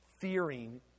fearing